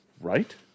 right